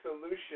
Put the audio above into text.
solution